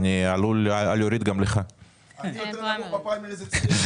אני שמח על התשובה של הממונה על התקציבים.